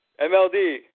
MLD